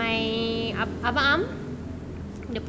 my abang am